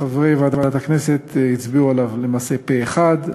חברי ועדת הכנסת הצביעו עליו למעשה פה אחד,